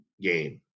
game